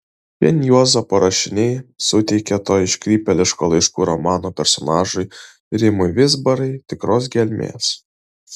vien juozapo rašiniai suteikė to iškrypėliško laiškų romano personažui rimui vizbarai tikros gelmės